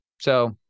So-